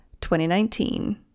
2019